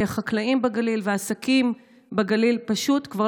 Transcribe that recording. כי החקלאים בגליל והעסקים בגליל פשוט כבר